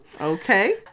Okay